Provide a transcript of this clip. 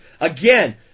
Again